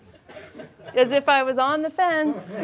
as if i was on the fence,